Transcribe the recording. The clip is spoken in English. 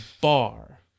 bar